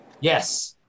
yes